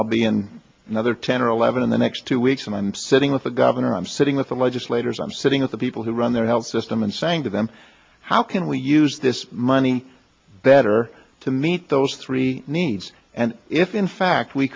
i'll be in another ten or eleven in the next two weeks and i'm sitting with the governor i'm sitting with the legislators i'm sitting with the people who run their health system and saying to them how can we use this money better to meet those three needs and if in fact we